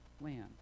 land